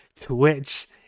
Twitch